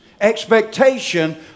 expectation